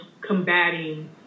combating